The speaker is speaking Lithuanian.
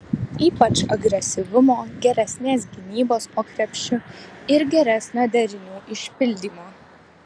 ypač agresyvumo geresnės gynybos po krepšiu ir geresnio derinių išpildymo